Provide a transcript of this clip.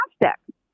fantastic